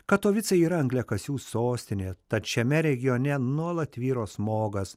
katovicai yra angliakasių sostinė tad šiame regione nuolat tvyro smogas